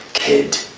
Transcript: kid.